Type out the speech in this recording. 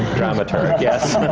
dramaturg, yes!